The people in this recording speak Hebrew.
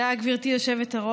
תודה, גברתי היושבת-ראש.